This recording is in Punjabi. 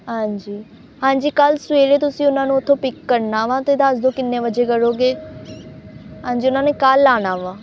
ਹਾਂਜੀ ਹਾਂਜੀ ਕੱਲ੍ਹ ਸਵੇਰੇ ਤੁਸੀਂ ਉਹਨਾਂ ਨੂੰ ਉੱਥੋਂ ਪਿੱਕ ਕਰਨਾ ਵਾ ਤਾਂ ਦੱਸ ਦਿਓ ਕਿੰਨੇ ਵਜੇ ਕਰੋਗੇ ਹਾਂਜੀ ਉਹਨਾਂ ਨੇ ਕੱਲ੍ਹ ਆਉਣਾ ਵਾ